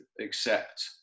accept